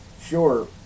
sure